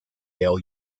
yale